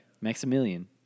Maximilian